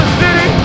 city